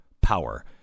power